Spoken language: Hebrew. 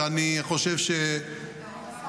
ואני חושב --- כבוד השר,